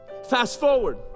fast-forward